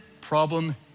problem